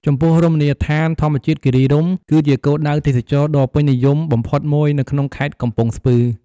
ចំពោះរមណីយដ្ឋានធម្មជាតិគិរីរម្យ គឺជាគោលដៅទេសចរណ៍ដ៏ពេញនិយមបំផុតមួយនៅក្នុងខេត្តកំពង់ស្ពឺ។